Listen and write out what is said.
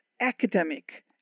academic